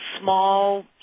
small